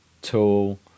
Tool